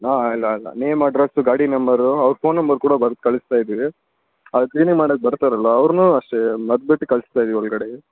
ಹಾಂ ಇಲ್ಲ ಅಲ್ಲ ನೇಮ್ ಅಡ್ರಸ್ಸು ಗಾಡಿ ನಂಬರು ಅವ್ರ ಫೋನ್ ನಂಬರ್ ಕೂಡ ಬರ್ದು ಕಳಿಸ್ತಾ ಇದ್ದೀವಿ ಅದು ಕ್ಲೀನಿಂಗ್ ಮಾಡಕ್ಕೆ ಬರ್ತಾರಲ್ಲ ಅವ್ರನ್ನೂ ಅಷ್ಟೆ ಬಿಟ್ಟು ಕಳಿಸ್ತಾ ಇದ್ದೀವಿ ಒಳಗಡೆಗೆ